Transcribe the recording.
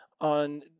on